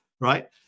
right